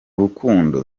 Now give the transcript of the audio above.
rukundo